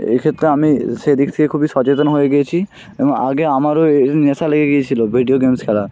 এই ক্ষেত্রে আমি সে দিক থেকে খুবই সচেতন হয়ে গিয়েছি এবং আগে আমারাও এএই নেশা লেগেগিয়েছিলো ভিডিও গেমস খেলা